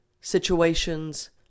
situations